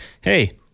Hey